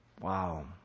Wow